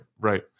right